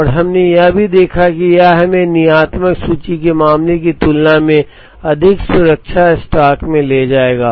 और हमने यह भी देखा कि यह हमें नियतात्मक सूची के मामले की तुलना में अधिक सुरक्षा स्टॉक में ले जाएगा